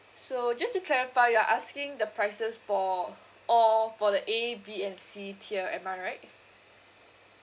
so just to clarify you're asking the prices for all for the A B and C tier am I right